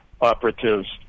operatives